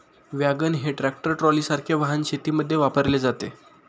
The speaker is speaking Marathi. वॅगन हे ट्रॅक्टर ट्रॉलीसारखे वाहन शेतीमध्ये वापरले जाते